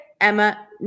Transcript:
Emma